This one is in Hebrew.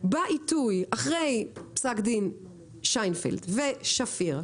בעיתוי שאחרי פסק דין שיינפלד ושפיר,